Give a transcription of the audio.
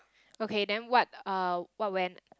okay then what uh what went